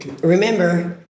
remember